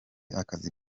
akazi